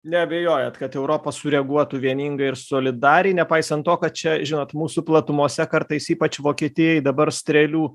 neabejojat kad europa sureaguotų vieningai ir solidariai nepaisant to kad čia žinot mūsų platumose kartais ypač vokietijai dabar strėlių